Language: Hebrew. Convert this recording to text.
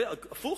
הפוך,